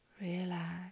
relax